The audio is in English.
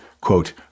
quote